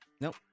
nope